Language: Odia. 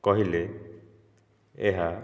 କହିଲେ ଏହା